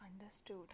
understood